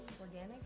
organic